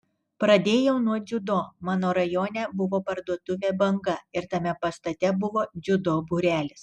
pradėjau nuo dziudo mano rajone buvo parduotuvė banga ir tame pastate buvo dziudo būrelis